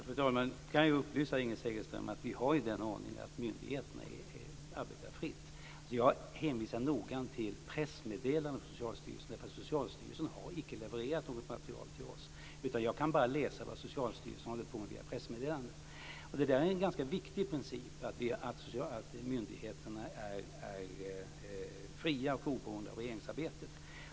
Fru talman! Jag kan upplysa Inger Segelström om att vi har den ordningen att myndigheterna arbetar fritt. Jag hänvisar noggrant till pressmeddelanden från Socialstyrelsen därför att Socialstyrelsen icke har levererat något material till oss. Jag kan bara läsa vad Socialstyrelsen håller på med via pressmeddelanden. Det är en ganska viktig princip att myndigheterna är fria och oberoende av regeringsarbetet.